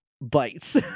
bites